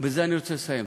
בזה אני רוצה לסיים,